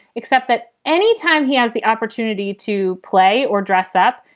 except that any time he has the opportunity to play or dress up,